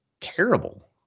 terrible